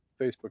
Facebook